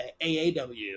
AAW